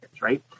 right